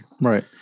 right